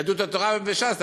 יהדות התורה וש"ס,